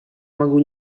могу